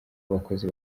abakozi